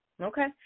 Okay